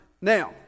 Now